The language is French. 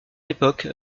époque